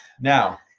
now